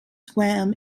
swam